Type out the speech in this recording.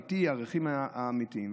ערכים אמיתיים.